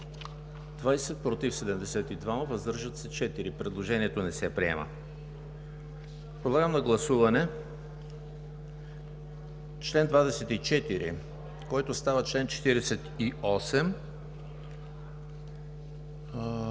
20, против 72, въздържали се 4. Предложението не се приема. Подлагам на гласуване чл. 24, който става чл. 48,